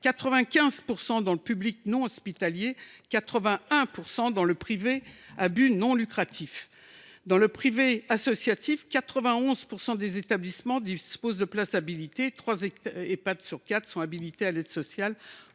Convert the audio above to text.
95 % dans le public non hospitalier et 81 % dans le privé à but non lucratif. Dans le privé associatif, 91 % des établissements disposent de places habilitées, et trois Ehpad sur quatre sont habilités à l’aide sociale